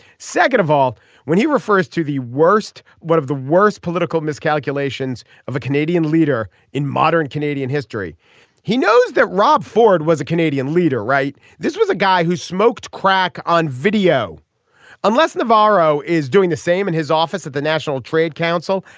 second of all when he refers to the worst one of the worst political miscalculations of a canadian leader in modern canadian history he knows that rob ford was a canadian leader right. this was a guy who smoked crack on video unless navarro is doing the same in his office at the national trade council.